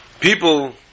people